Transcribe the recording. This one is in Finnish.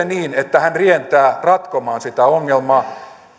niin että hän rientää ratkomaan sitä ongelmaa